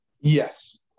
Yes